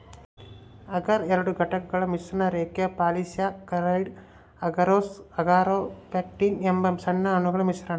ಅಗರ್ ಎರಡು ಘಟಕಗಳ ಮಿಶ್ರಣ ರೇಖೀಯ ಪಾಲಿಸ್ಯಾಕರೈಡ್ ಅಗರೋಸ್ ಅಗಾರೊಪೆಕ್ಟಿನ್ ಎಂಬ ಸಣ್ಣ ಅಣುಗಳ ಮಿಶ್ರಣ